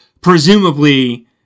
presumably